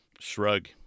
shrug